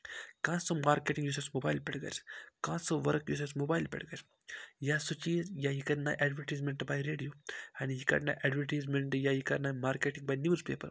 کانٛہہ سُہ مارکیٹِنٛگ یُس اَسہِ موبایل پٮ۪ٹھ گَژھِ کانٛہہ سُہ ؤرٕک یُس اَسہِ موبایل پٮ۪ٹھ گَژھِ یا سُہ چیٖز یا یہِ کَرِ نہ اٮ۪ڈوَٹیٖزمٮ۪نٛٹ باے ریڈیو ہَن یہِ کَرِ نہ اٮ۪ڈوَٹیٖزمٮ۪نٛٹ یا یہِ کَرنایہِ مارکیٹِنٛگ باے نِوٕز پیپَر